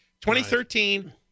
2013